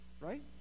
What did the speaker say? Right